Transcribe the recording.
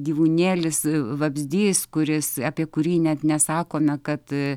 gyvūnėlis vabzdys kuris apie kurį net nesakome kad